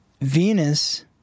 venus